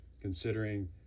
considering